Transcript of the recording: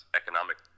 economic